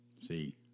See